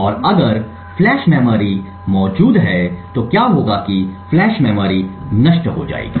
और अगर flash memory मौजूद है तो क्या होगा कि फ्लैश मेमोरी नष्ट हो जाएगी